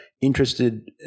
interested